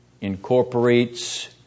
incorporates